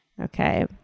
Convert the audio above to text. Okay